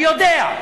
אני יודע.